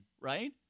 right